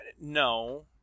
No